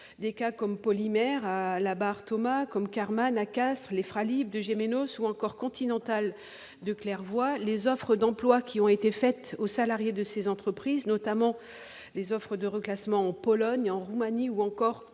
des cas comme polymère à La Barre Thomas comme Karmann à Castres, les Fralib de j'noces ou encore Continental de les offres d'emplois qui ont été faites aux salariés de ces entreprises, notamment les offres de reclassements en Pologne, en Roumanie ou encore en